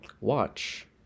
watch